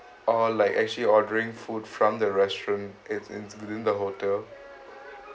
or like actually ordering food from the restaurant it's in within the hotel